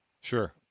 Sure